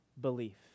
belief